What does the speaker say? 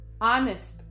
Honest